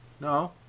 No